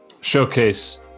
showcase